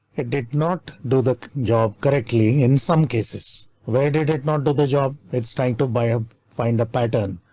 it did not do the job correctly in some cases. where did it not the the job it's trying to buy a find a pattern,